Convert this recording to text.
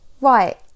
right